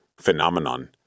phenomenon